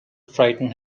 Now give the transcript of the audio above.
frighten